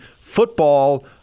football